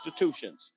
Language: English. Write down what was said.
institutions